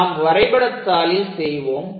நாம் வரைபடத்தாளில் செய்வோம்